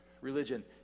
religion